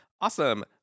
awesome